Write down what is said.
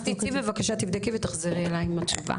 אז תצאי בבקשה, תבדקי ותחזרי אליי עם התשובה.